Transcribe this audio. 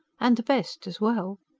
and the best, as well.